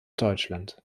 deutschland